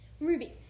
Ruby